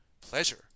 pleasure